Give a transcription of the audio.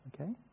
Okay